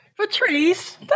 Patrice